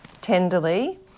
tenderly